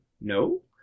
no